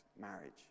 marriage